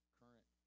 current